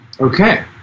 Okay